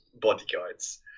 bodyguards